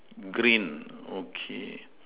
green okay